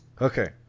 Okay